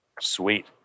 sweet